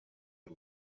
y’u